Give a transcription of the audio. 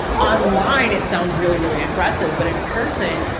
online. it sounds really, really aggressive, but in person,